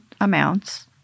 amounts